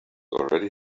already